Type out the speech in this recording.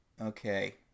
Okay